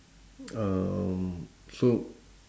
um so